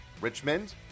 Richmond